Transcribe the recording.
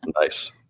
nice